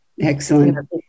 Excellent